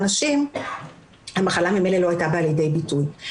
נשים המחלה ממילא לא הייתה באה לידי ביטוי.